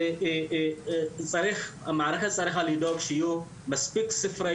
גם המערכת צריכה לדאוג שיהיו מספיק ספרי